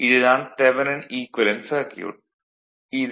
இது தான் தெவனின் ஈக்குவேலன்ட் சர்க்யூட் ஆகும்